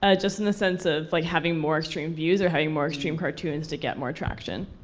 ah just in the sense of, like, having more extreme views, or having more extreme cartoons to get more traction?